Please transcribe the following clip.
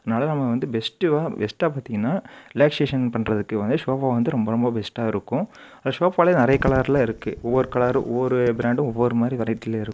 அதனால் நம்ம வந்து பெஸ்ட்டிவ்வா பெஸ்ட்டாக பார்த்திங்கனா ரிலாக்ஷேஷன் பண்ணுறதுக்கு வந்து சோஃபா வந்து ரொம்ப ரொம்ப பெஸ்ட்டாக இருக்கும் அது சோஃபாவில நிறையா கலர்ல இருக்குது ஒவ்வொரு கலர் ஒவ்வொரு ப்ராண்ட்டும் ஒவ்வொரு மாதிரி வெரைட்டியில இருக்கும்